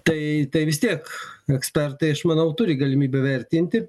tai tai vis tiek ekspertai aš manau turi galimybę vertinti